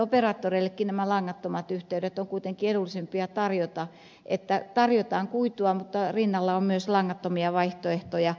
operaattoreillekin nämä langattomat yhteydet on kuitenkin edullisempia tarjota että tarjotaan kuitua mutta rinnalla on myös langattomia vaihtoehtoja